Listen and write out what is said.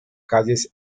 calles